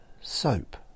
Soap